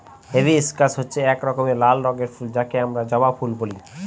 hibiscus হচ্ছে এক রকমের লাল রঙের ফুল যাকে আমরা জবা ফুল বলে